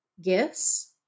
gifts